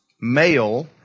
male